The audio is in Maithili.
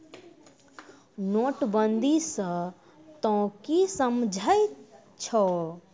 नोटबंदी स तों की समझै छौ